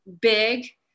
big